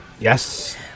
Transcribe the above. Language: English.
Yes